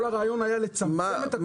כל הרעיון היה לצמצם ולא לרבות אותו.